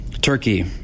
Turkey